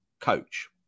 coach